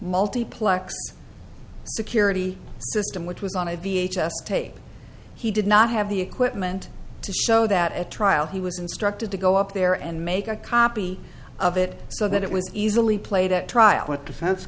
multiplex security system which was on a v h s tape he did not have the equipment to show that at trial he was instructed to go up there and make a copy of it so that it was easily played at trial what defen